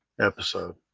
episode